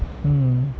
mm